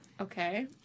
Okay